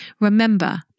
Remember